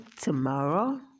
tomorrow